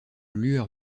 lueur